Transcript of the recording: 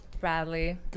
Bradley